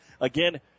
Again